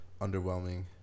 underwhelming